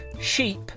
Sheep